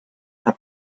have